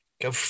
go